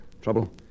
Trouble